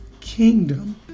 kingdom